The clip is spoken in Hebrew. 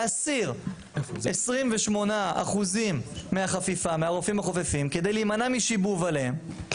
להסיר 28% מהרופאים החופפים כדי להימנע משיבוב עליהם,